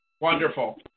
Wonderful